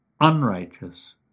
unrighteous